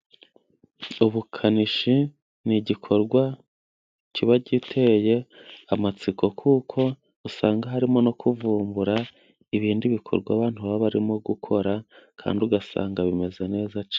Ubukanishi ni igikorwa kiba giteye amatsiko, kuko usanga harimo no kuvumbura ibindi bikorwa abantu baba barimo gukora, kandi ugasanga bimeze neza cyane.